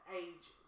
age